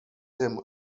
him